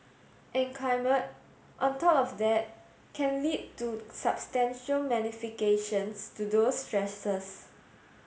in climate on top of that can lead to substantial magnifications to those stresses